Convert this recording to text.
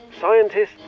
Scientists